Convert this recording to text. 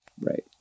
Right